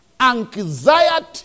Anxiety